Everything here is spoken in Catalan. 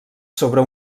sobre